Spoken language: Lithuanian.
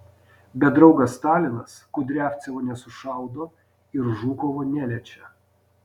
bet draugas stalinas kudriavcevo nesušaudo ir žukovo neliečia